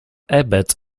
ebert